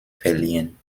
verliehen